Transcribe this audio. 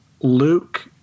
Luke